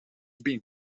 being